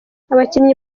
abakinnyi